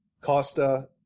Costa